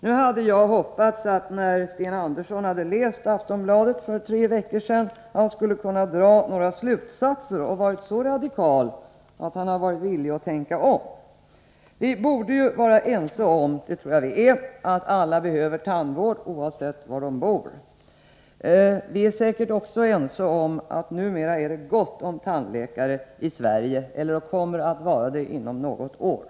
Nu hade jag hoppats att Sten Andersson, när han läste Aftonbladet för tre veckor sedan, skulle dra några slutsatser och vara så radikal att han var villig att tänka om. Vi borde vara ense om — det tror jag att vi är — att alla behöver tandvård oavsett var de bor. Vi är säkert också ense om att det numera är gott om tandläkare i Sverige eller kommer att vara det inom något år.